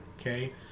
okay